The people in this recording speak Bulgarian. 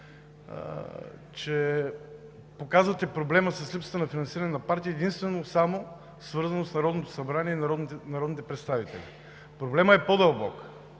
че показвате проблема с липсата на финансиране на партии единствено и само свързано с Народното събрание и народните представители. Проблемът е по-дълбок.